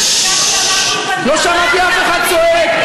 וששש, לא שמעתי אף אחד צועק.